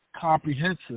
comprehensive